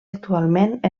actualment